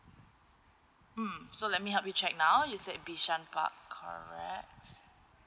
mm so let me help you check now you said bishan park correct